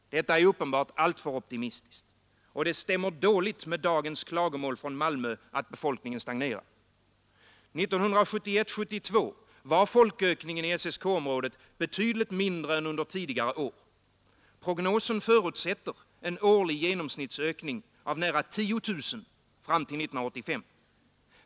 Detta är uppenbart alltför optimistiskt. Och det stämmer dåligt med dagens klagomål från Malmö att befolkningen stagnerar. 1971—72 var folkökningen i SSK-området betydligt mindre än under tidigare år. Prognosen förutsätter en årlig genomsnittsökning av nära 10000 fram till 1985.